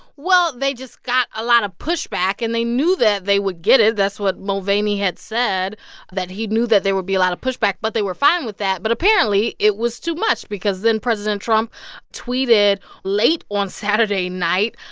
well, they just got a lot of pushback, and they knew that they would get it. that's what mulvaney had said that he knew that there would be a lot of pushback, but they were fine with that. but apparently, it was too much because then president trump tweeted late on saturday night,